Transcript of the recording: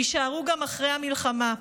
יישארו גם אחרי המלחמה.